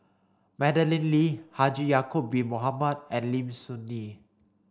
Madeleine Lee Haji Ya'acob bin Mohamed and Lim Soo Ngee